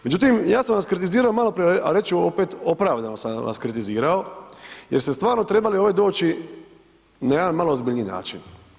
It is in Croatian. Međutim, ja sam vas kritizirao maloprije, a reći ću opet opravdano sam vas kritizirao jer ste stvarno trebali ovdje doći na jedan malo ozbiljniji način.